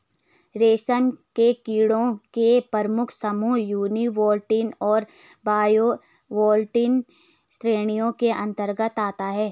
रेशम के कीड़ों के प्रमुख समूह यूनिवोल्टाइन और बाइवोल्टाइन श्रेणियों के अंतर्गत आते हैं